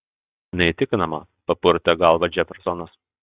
neįtikinama papurtė galvą džefersonas